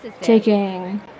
taking